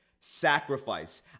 Sacrifice